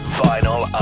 final